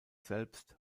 selbst